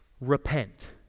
Repent